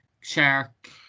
shark